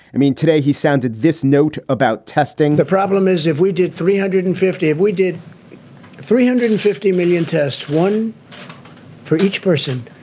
i mean, today he sounded this note about testing the problem is, if we did three hundred and fifty, if we did three hundred and fifty million tests, one for each person,